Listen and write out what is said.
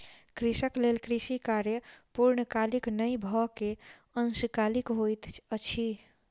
कृषक लेल कृषि कार्य पूर्णकालीक नै भअ के अंशकालिक होइत अछि